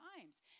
times